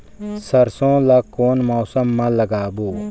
सरसो ला कोन मौसम मा लागबो?